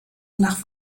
nach